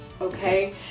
okay